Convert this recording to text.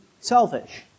selfish